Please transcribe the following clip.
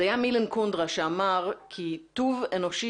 זה היה מילן קונדרה שאמר כי טוב אנושי